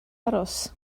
aros